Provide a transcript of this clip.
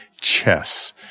chess